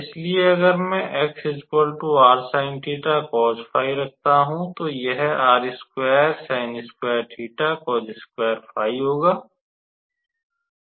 इसलिए अगर मैं रखता हूं तो यह होगा